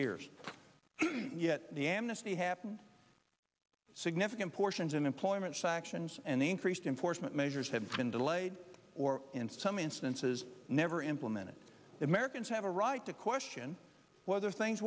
years yet the amnesty happens significant portions in employment sections and the increased enforcement measures have been delayed or in some instances never implemented the americans have a right to question whether things